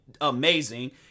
amazing